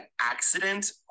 accident